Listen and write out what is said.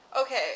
Okay